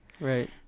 Right